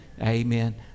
Amen